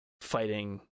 fighting